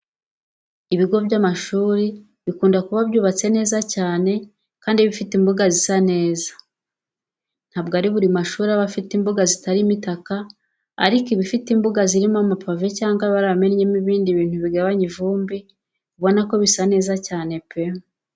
Ibigo by'amashuri bikunda kuba byubatse neza cyane kandi bifite imbuga zisa neza. Ntabwo ari buri mashuri aba afite imbuga zitarimo itaka ariko ibifite imbuga zirimo amapave cyangwa baramennyemo ibindi bintu bigabanya ivumbi, uba ubona bisa neza cyane pe!